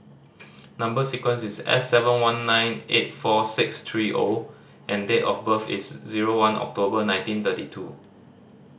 number sequence is S seven one nine eight four six three O and date of birth is zero one October nineteen thirty two